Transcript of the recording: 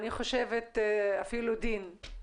אני חושבת אפילו דין.